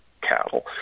cattle